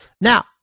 Now